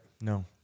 No